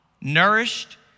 nourished